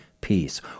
peace